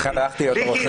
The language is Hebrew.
לכן הלכתי להיות עורך דין.